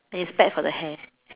and it is bad for the hair